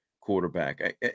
quarterback